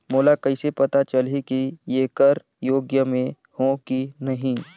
मोला कइसे पता चलही की येकर योग्य मैं हों की नहीं?